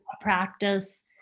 practice